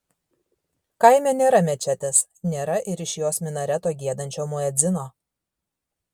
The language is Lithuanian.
kaime nėra mečetės nėra ir iš jos minareto giedančio muedzino